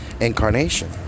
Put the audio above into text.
incarnation